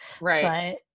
Right